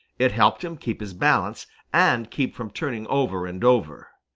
it helped him keep his balance and keep from turning over and over.